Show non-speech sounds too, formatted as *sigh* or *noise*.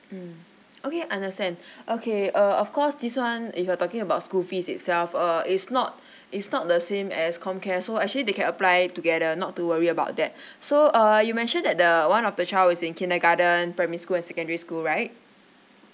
mm okay understand *breath* okay uh of course this one if you're talking about school fees itself uh it's not *breath* it's not the same as comcare so actually they can apply it together not to worry about that *breath* so uh you mentioned that the one of the child is in kindergarten primary school and secondary school right